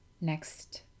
next